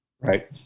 Right